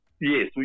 yes